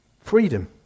freedom